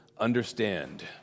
understand